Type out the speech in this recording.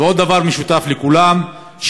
ועוד דבר משותף לכולם,